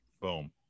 Boom